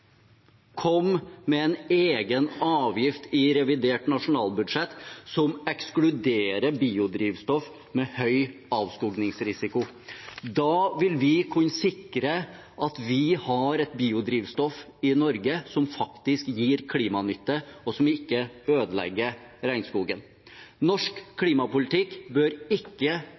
Kom med en egen avgift i revidert nasjonalbudsjett som ekskluderer biodrivstoff med høy avskogingsrisiko. Da vil vi kunne sikre at vi har et biodrivstoff i Norge som faktisk gir klimanytte, og som ikke ødelegger regnskogen. Norsk klimapolitikk bør ikke